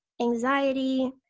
anxiety